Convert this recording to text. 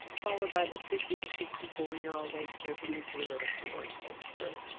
followed by the fifty to sixty four year old age group and the zero to four age group.